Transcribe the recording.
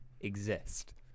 exist